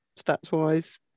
stats-wise